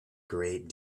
great